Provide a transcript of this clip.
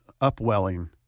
upwelling